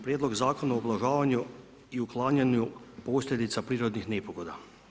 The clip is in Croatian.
Prijedlog Zakona o ublažavanju i uklanjanju posljedica prirodnih nepogoda.